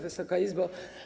Wysoka Izbo!